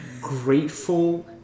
grateful